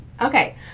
Okay